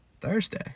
Thursday